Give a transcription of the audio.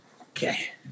Okay